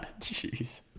jeez